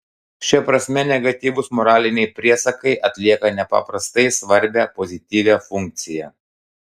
šia prasme negatyvūs moraliniai priesakai atlieka nepaprastai svarbią pozityvią funkciją